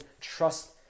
trust